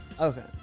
Okay